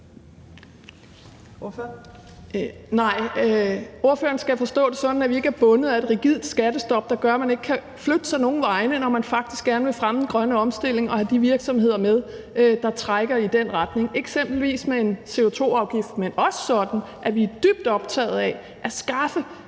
ordføreren skal forstå det sådan, at vi ikke er bundet af et rigidt skattestop, der gør, at man ikke kan flytte sig nogen vegne, når man faktisk gerne vil fremme den grønne omstilling og have de virksomheder med, der trækker i den retning, eksempelvis med en CO2-afgift. Men det er også sådan, at vi er dybt optaget af at skaffe